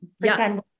pretend